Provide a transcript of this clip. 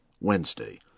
Wednesday